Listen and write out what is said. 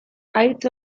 haitz